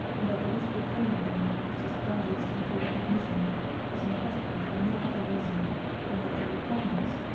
and that the wish-fulfillment in them is disguised until recognition is impossible for no other reason than that a repugnance,